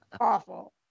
Awful